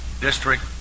district